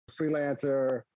freelancer